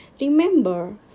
Remember